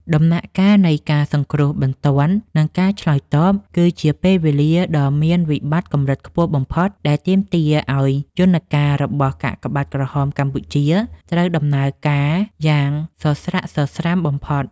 ដំណាក់កាលនៃ ការសង្គ្រោះបន្ទាន់ និងការឆ្លើយតប គឺជាពេលវេលាដ៏មានវិបត្តិកម្រិតខ្ពស់បំផុត ដែលទាមទារឱ្យយន្តការរបស់កាកបាទក្រហមកម្ពុជាត្រូវដំណើរការយ៉ាងសស្រាក់សស្រាំបំផុត។